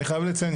אני חייב לציין,